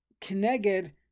connected